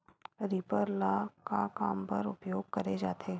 Reaper ल का काम बर उपयोग करे जाथे?